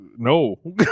No